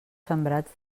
sembrats